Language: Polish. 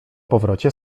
powrocie